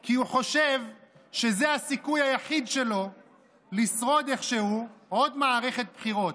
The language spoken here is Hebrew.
כי הוא חושב שזה הסיכוי היחיד שלו לשרוד איכשהו עוד מערכת בחירות.